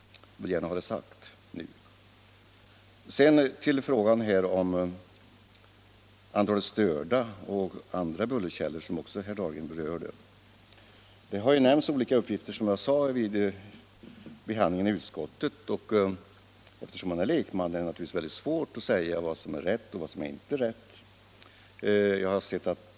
Jag vill gärna ha detta sagt nu. Sedan till frågan om antalet människor som blivit störda av flygbullret på Bromma och av andra bullerkällor, som herr Dahlgren också berörde. Vid behandlingen i utskottet har olika uppgifter lämnats, och en lekman har naturligtvis svårt att avgöra vad som är rätt.